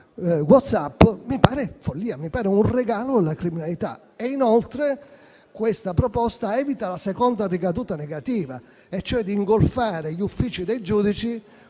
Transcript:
WhatsApp mi pare follia, un regalo alla criminalità. Inoltre, questa proposta evita una seconda ricaduta negativa, e cioè quella di ingolfare gli uffici dei giudici